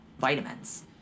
vitamins